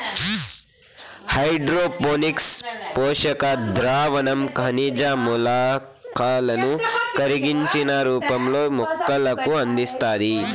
hydroponics పోషక ద్రావణం ఖనిజ మూలకాలను కరిగించిన రూపంలో మొక్కలకు అందిస్తాది